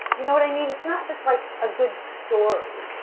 you know what i mean? it's not just like a good story.